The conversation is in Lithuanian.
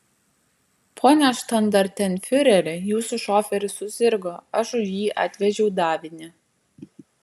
pone štandartenfiureri jūsų šoferis susirgo aš už jį atvežiau davinį